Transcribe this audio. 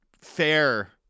fair